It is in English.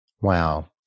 Wow